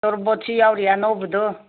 ꯇꯣꯔꯣꯕꯣꯠꯁꯨ ꯌꯥꯎꯔꯤ ꯑꯅꯧꯕꯗꯣ